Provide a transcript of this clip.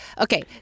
okay